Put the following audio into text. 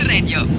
Radio